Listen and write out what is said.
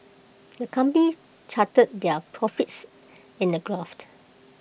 the company charted their profits in A graft